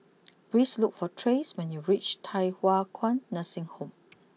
please look for Trace when you reach Thye Hua Kwan Nursing Home